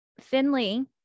Finley